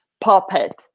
puppet